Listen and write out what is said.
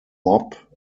mob